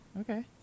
Okay